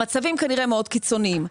במצבים כנראה מאוד קיצוניים.